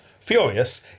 Furious